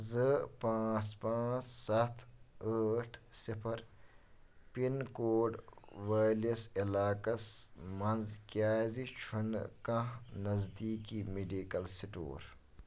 زٕ پانٛژھ پانٛژھ سَتھ ٲٹھ صِفر پِن کوڈ وٲلِس علاقس مَنٛز کیٛازِ چھُنہٕ کانٛہہ نزدیٖکی میڈیکل سٹور